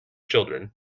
children